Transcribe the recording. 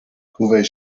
kuwait